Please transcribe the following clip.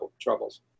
troubles